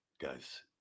Guys